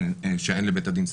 שאין לבית הדין סמכות.